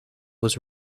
was